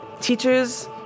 teachers